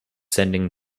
sending